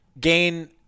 gain